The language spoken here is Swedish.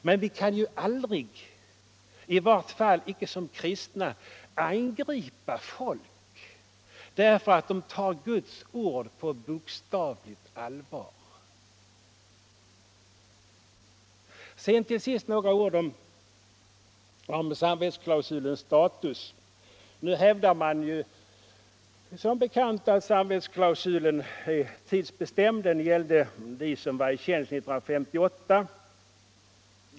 Men vi kan ju aldrig — i varje fall inte som kristna — angripa folk därför att de tar Guds ord på bokstavligt allvar. Till sist några ord om samvetsklausulens status. Nu hävdar man som bekant att samvetsklausulen är tidsbestämd; den gällde dem som var i tjänst 1958.